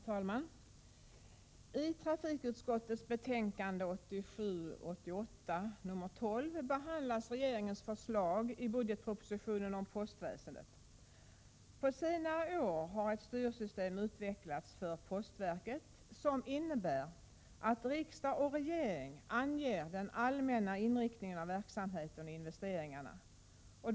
Herr talman! I trafikutskottets betänkande 1987/88:12 behandlas regeringens förslag i budgetpropositionen om postväsendet. På senare år har ett styrsystem utvecklats för postverket som innebär att riksdag och regering anger den allmänna inriktningen av verksamheten och investeringarna.